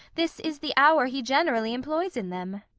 this is the hour he generally employs in them.